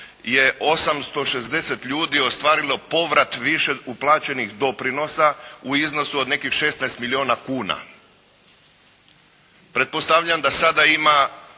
je 860 ljudi ostvarilo povrat više uplaćenih doprinosa u iznosu od nekih 16 milijuna kuna.